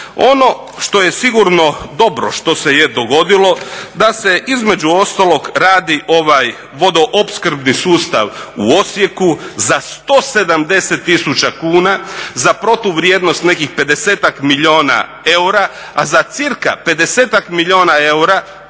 Ono što je sigurno dobro što se je dogodilo da se između ostalog radi vodoopskrbni sustav u Osijeku za 170 tisuća kuna za protuvrijednost nekih pedesetak milijuna eura, a za cirka 50 milijuna eura